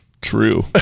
True